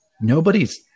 nobody's